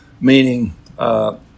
meaning